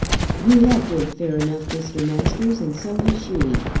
you have been fair enough, mr. masters. and so has she.